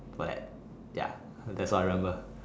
what ya that's all I remember